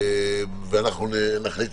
אנחנו עוברים